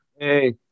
Hey